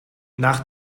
nach